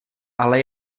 ale